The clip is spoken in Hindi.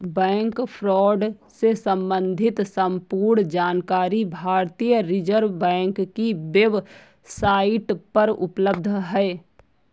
बैंक फ्रॉड से सम्बंधित संपूर्ण जानकारी भारतीय रिज़र्व बैंक की वेब साईट पर उपलब्ध है